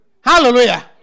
Hallelujah